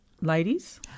Ladies